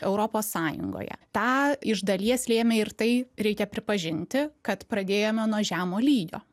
europos sąjungoje tą iš dalies lėmė ir tai reikia pripažinti kad pradėjome nuo žemo lygio